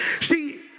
see